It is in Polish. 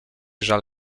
żal